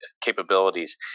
capabilities